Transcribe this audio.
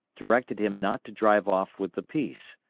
directed him not to drive off with the piece.